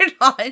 on